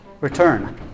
return